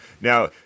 Now